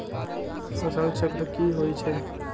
फसल चक्र की होई छै?